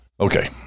okay